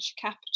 capital